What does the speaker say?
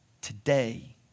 today